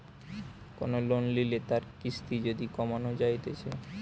কোন লোন লিলে তার কিস্তি যদি কমানো যাইতেছে